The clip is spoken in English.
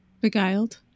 Beguiled